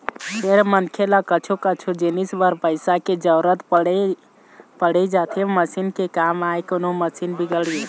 फेर मनखे ल कछु कछु जिनिस बर पइसा के जरुरत पड़ी जाथे मसीन के काम आय कोनो मशीन बिगड़गे